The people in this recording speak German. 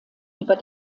über